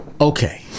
okay